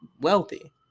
wealthy